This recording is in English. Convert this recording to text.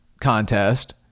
contest